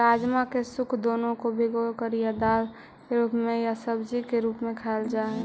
राजमा के सूखे दानों को भिगोकर या दाल के रूप में या सब्जी के रूप में खाईल जा हई